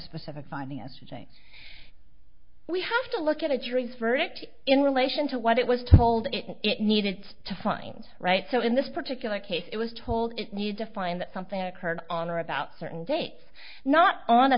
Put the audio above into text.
specific finding us today we have to look at a jury's verdict in relation to what it was told it it needed to find right so in this particular case it was told it need to find something that occurred on or about certain dates not on a